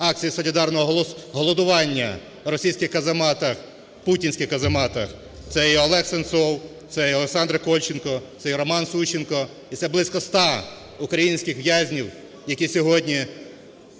акції солідарного голодування в російських казематах, путінських казематах. Це і Олег Сенцов, це і Олександр Кольченко, це і Роман Сущенко, і це близько 100 українських в'язнів, які сьогодні